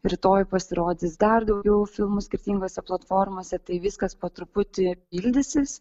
rytoj pasirodys dar daugiau filmų skirtingose platformose tai viskas po truputį pildysis